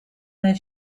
their